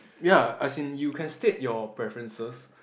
ya as in you can state your preferences